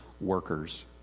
workers